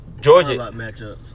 Georgia